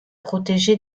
protégé